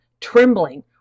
trembling